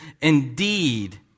indeed